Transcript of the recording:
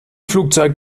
flugzeit